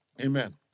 Amen